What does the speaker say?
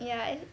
ya and